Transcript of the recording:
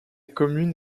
commune